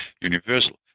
universal